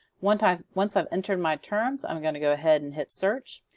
once i've once i've entered my terms i'm gonna go ahead and hit search.